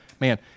man